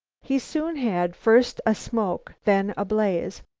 he soon had, first a smoke, then a blaze.